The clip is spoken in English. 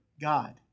God